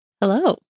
Hello